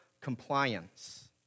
compliance